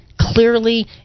clearly